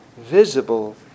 visible